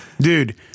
Dude